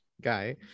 Guy